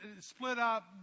split-up